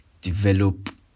develop